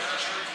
אתם בעד?